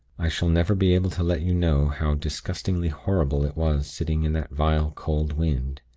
i shall never be able to let you know how disgustingly horrible it was sitting in that vile, cold wind!